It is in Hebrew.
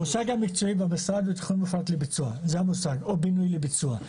המושג המקצועי במשרד זה "תכנון מפורט לביצוע" או "בינוי לביצוע".